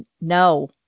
no